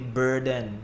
burden